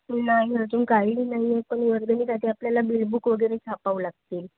नाई अजून काहीही नाही आहे पण वर्गणीसाठी आपल्याला बिलबुक वगैरे छापावे लागतील